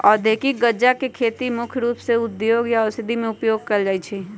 औद्योगिक गञ्जा के खेती मुख्य रूप से उद्योगों या औषधियों में उपयोग के लेल कएल जाइ छइ